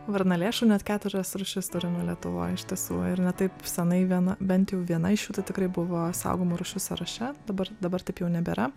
varnalėšų net keturias rūšis turime lietuvoj iš tiesų ir ne taip senai viena bent jau viena iš jų tai tikrai buvo saugomų rūšių sąraše dabar dabar taip jau nebėra